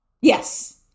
Yes